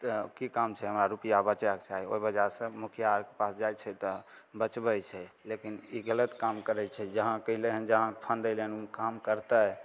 तऽ की काम छै हमरा रुपैआ बचयके चाही ओइ वजहसँ मुखिया आरके पास जाइ छै तऽ बचबय छै लेकिन ई गलत काम करय छै जहाँके अइलय हन जहाँके फण्ड अइलय हन काम करतय